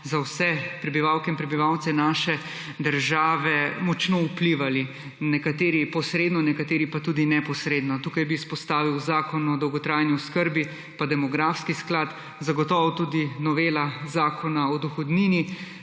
na vse prebivalke in prebivalce naše države močno vplivali, nekateri posredno, nekateri pa tudi neposredno. Tukaj bi izpostavil Zakon o dolgotrajni oskrbi pa demografski sklad, zagotovo tudi novela Zakona o dohodnini,